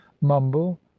mumble